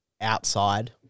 outside